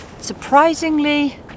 surprisingly